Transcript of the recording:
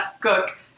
Cook